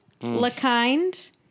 LaKind